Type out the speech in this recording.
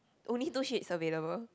only two sheets available